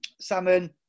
salmon